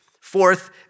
Fourth